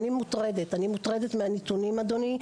אני מוטרדת, אני מוטרדת מהנתונים, אדוני.